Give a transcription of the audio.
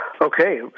Okay